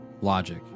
logic